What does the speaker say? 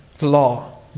law